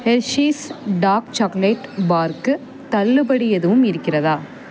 Hershey's dark chocolate பாருக்கு தள்ளுபடி எதுவும் இருக்கிறதா